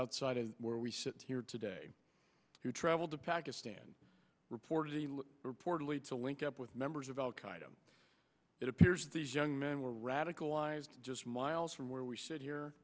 outside of where we sit here today who traveled to pakistan reportedly reportedly to link up with members of al qaeda it appears these young men were radicalized just miles from where we sit here